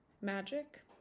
magic